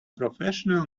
professional